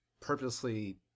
purposely